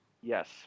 Yes